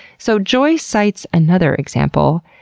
so joy cites another example,